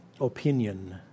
opinion